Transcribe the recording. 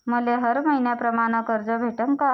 मले हर मईन्याप्रमाणं कर्ज भेटन का?